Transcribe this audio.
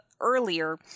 earlier